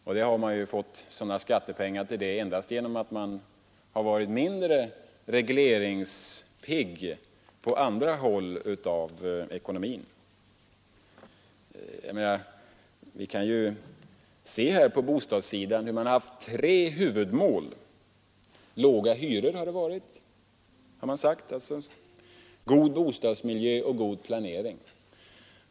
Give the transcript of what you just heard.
Skattepengar till detta har kunnat anskaffas endast genom att man har varit mindre regleringspigg på andra håll av ekonomin. Vi kan på bostadssidan se att det funnits tre huvudmål: låga hyror, god bostadsmiljö och god planering.